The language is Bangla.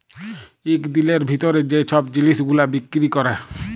ইক দিলের ভিতরে যে ছব জিলিস গুলা বিক্কিরি ক্যরে